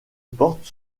porte